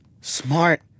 Smart